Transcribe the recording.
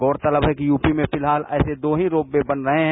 गौरतलब है कि यूपी में फिलहाल ऐसे दो ही रोप ये बन रहे हैं